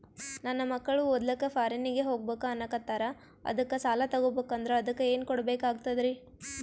ನನ್ನ ಮಕ್ಕಳು ಓದ್ಲಕ್ಕ ಫಾರಿನ್ನಿಗೆ ಹೋಗ್ಬಕ ಅನ್ನಕತ್ತರ, ಅದಕ್ಕ ಸಾಲ ತೊಗೊಬಕಂದ್ರ ಅದಕ್ಕ ಏನ್ ಕೊಡಬೇಕಾಗ್ತದ್ರಿ?